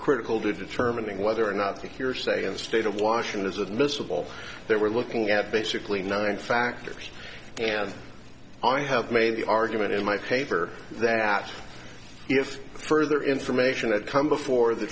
critical determining whether or not the hearsay and state of washington is admissible there we're looking at basically nine factors and i have made the argument in my paper that if further information that come before the